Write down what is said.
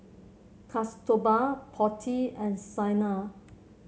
Kasturba Potti and Saina